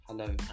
Hello